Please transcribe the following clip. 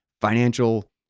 financial